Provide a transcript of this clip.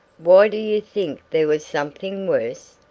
why do you think there was something worse?